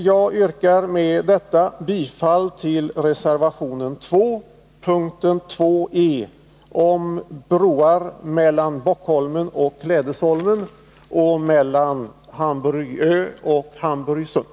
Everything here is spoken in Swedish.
Jag yrkar med detta bifall till reservation 2, punkt 2 e, om broar mellan Bockholmen och Klädesholmen och mellan Hamburgö och Hamburgsund.